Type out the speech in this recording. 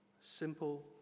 simple